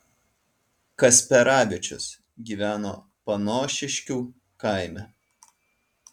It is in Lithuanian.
kasperavičius gyveno panošiškių kaime